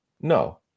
no